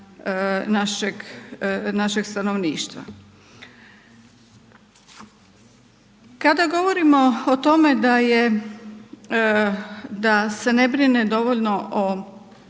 našeg stanovništva. Kada govorimo o tome da je, da se ne brine dovoljno o